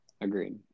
Agreed